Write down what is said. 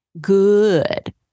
good